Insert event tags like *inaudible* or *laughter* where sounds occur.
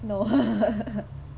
no *laughs*